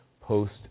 Post